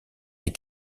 des